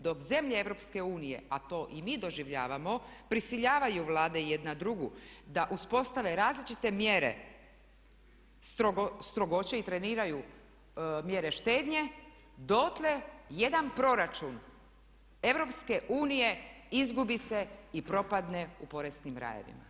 Dok zemlje EU a to i mi doživljavamo prisiljavaju Vlade jedna drugu da uspostave različite mjere strogoće i treniraju mjere štednje dotle jedan proračun EU izgubi se i propadne u poreskim rajevima.